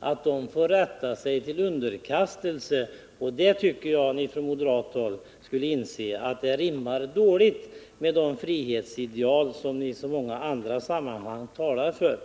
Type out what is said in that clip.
att de får rätta sig till underkastelse. Jag tycker att ni från moderat håll borde inse att det rimmar dåligt med de frihetsideal som ni i så många andra sammanhang talar för.